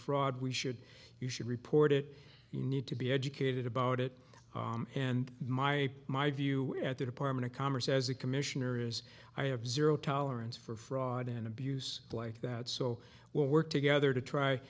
fraud we should you should report it you need to be educated about it and my my view at the department of commerce as a commissioner is i have zero tolerance for fraud and abuse like that so we'll work together to try